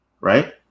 right